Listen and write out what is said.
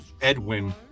Edwin